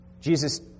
Jesus